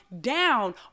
down